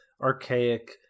archaic